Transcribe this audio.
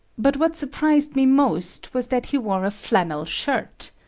but what surprised me most was that he wore a flannel shirt.